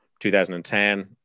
2010